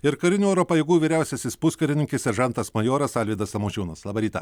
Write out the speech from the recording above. ir karinių oro pajėgų vyriausiasis puskarininkis seržantas majoras alvydas tamošiūnas labą rytą